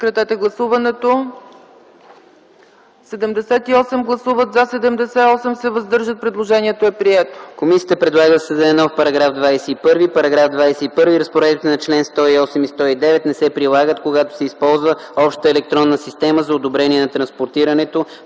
Комисията предлага да се създаде нов § 21: „§ 21. Разпоредбите на чл. 108 и 109 не се прилагат, когато се използва общата електронна система за одобрение на транспортирането